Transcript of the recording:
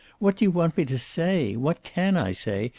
what do you want me to say? what can i say,